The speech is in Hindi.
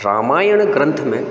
रामायण ग्रंथ में